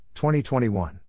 2021